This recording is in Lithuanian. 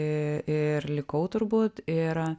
i ir likau turbūt ir